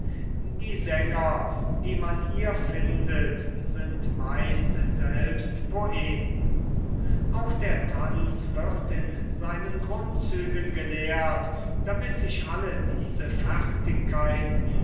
die sänger die man hier findet sind meist selbst poeten auch der tanz wird in seinen grundzügen gelehrt damit sich alle diese